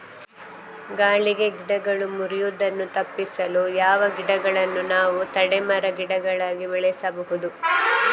ಗಾಳಿಗೆ ಗಿಡಗಳು ಮುರಿಯುದನ್ನು ತಪಿಸಲು ಯಾವ ಗಿಡಗಳನ್ನು ನಾವು ತಡೆ ಮರ, ಗಿಡಗಳಾಗಿ ಬೆಳಸಬಹುದು?